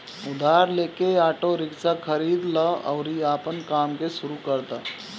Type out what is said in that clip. उधार लेके auto rickshaw खरीद लअ अउरी आपन काम के शुरू कर दअ